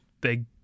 big